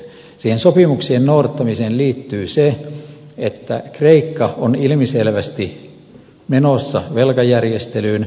siihen sopimuksien noudattamiseen liittyy se että kreikka on ilmiselvästi menossa velkajärjestelyyn